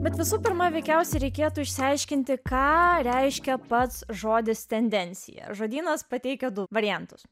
bet visų pirma veikiausiai reikėtų išsiaiškinti ką reiškia pats žodis tendencija žodynas pateikia du variantus